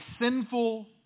sinful